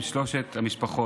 בכו עם שלוש המשפחות.